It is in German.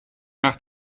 nach